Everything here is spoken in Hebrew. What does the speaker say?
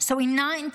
So in 1983,